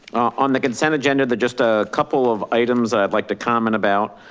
on the consent agenda that just a couple of items i'd like to comment about.